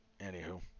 Anywho